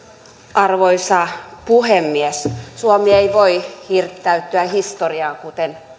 arvoisa puhemies suomi ei voi hirttäytyä historiaan kuten